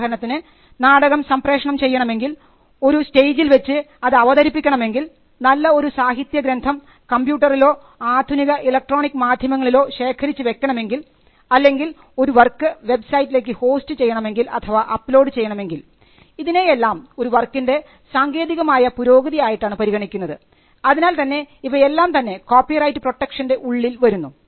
ഉദാഹരണത്തിന് നാടകം സംപ്രേഷണം ചെയ്യണമെങ്കിൽ ഒരു സ്റ്റേജിൽ വച്ച് അത് അവതരിപ്പിക്കണമെങ്കിൽ നല്ല ഒരു സാഹിത്യ ഗ്രന്ഥം കമ്പ്യൂട്ടറിലോ ആധുനിക ഇലക്ട്രോണിക് മാധ്യമങ്ങളിലോ ശേഖരിച്ചു വെക്കണമെങ്കിൽ അല്ലെങ്കിൽ ഒരു വർക്ക് വെബ്സൈറ്റിലേക്ക് ഹോസ്റ്റ് ചെയ്യണമെങ്കിൽ അഥവാ അപ്ലോഡ് ചെയ്യണമെങ്കിൽ ഇതിനെയെല്ലാം ഒരു വർക്കിൻറെ സാങ്കേതികമായ പുരോഗതി ആയിട്ടാണ് പരിഗണിക്കുന്നത് അതിനാൽ തന്നെ ഇവയെല്ലാംതന്നെ കോപ്പി റൈറ്റ് പ്രൊട്ടക്ഷൻറെ ഉള്ളിൽ വരുന്നു